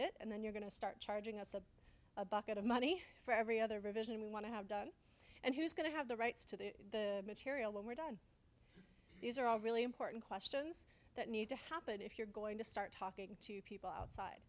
it and then you're going to start charging us about a bucket of money for every other vision we want to have done and who's going to have the rights to the material when we're done these are all really important questions that need to happen if you're going to start talking to people outside